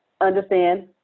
understand